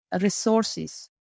resources